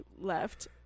left